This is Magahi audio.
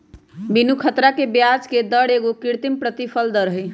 बीनू ख़तरा के ब्याजके दर एगो कृत्रिम प्रतिफल दर हई